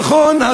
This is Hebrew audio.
נכון,